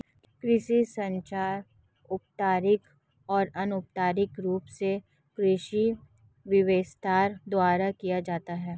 कृषि संचार औपचारिक और अनौपचारिक रूप से कृषि विस्तार द्वारा किया जाता है